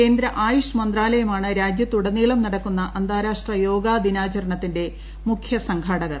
കേന്ദ്ര ആയുഷ് മന്ത്രാലയമാണ് രാജ്യത്തുടനീളം നടക്കുന്ന അന്താരാഷ്ട്ര യോഗദിനാചരണത്തിന്റെ മുഖ്യ സംഘാടകർ